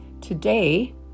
Today